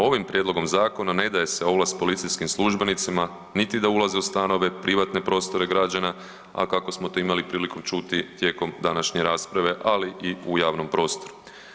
Ovim prijedlogom zakona ne daje se ovlast policijskim službenicima niti da ulaze u stanove, privatne prostore građana, a kako smo to imali priliku čuti tijekom današnje rasprave, ali i u javnom prostoru.